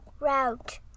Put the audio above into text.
route